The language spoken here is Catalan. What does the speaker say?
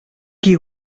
qui